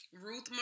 Ruth